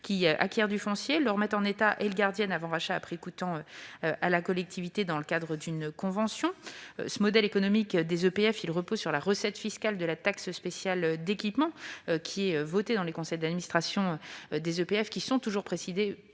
qui acquièrent du foncier, le remettent en état et le gardiennent avant rachat à prix coûtant à la collectivité dans le cadre d'une convention. Leur modèle économique repose sur la recette fiscale de la taxe spéciale d'équipement. Cette taxe est votée dans les conseils d'administration des EPF, qui sont toujours présidés